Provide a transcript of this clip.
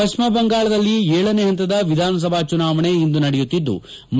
ಪ್ಲಿಮ ಬಂಗಾಳದಲ್ಲಿ ಏಳನೇ ಹಂತದ ವಿಧಾನಸಭಾ ಚುನಾವಣೆ ಇಂದು ನಡೆಯುತ್ತಿದ್ಲು